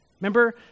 Remember